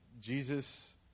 Jesus